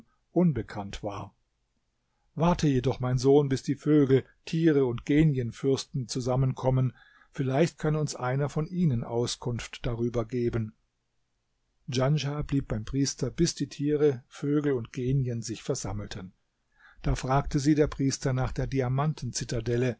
unbekannt war warte jedoch mein sohn bis die vögel tiere und genienfürsten zusammenkommen vielleicht kann uns einer von ihnen auskunft darüber geben djanschah blieb beim priester bis die tiere vögel und genien sich versammelten da fragte sie der priester nach der